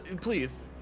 please